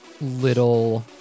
little